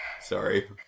Sorry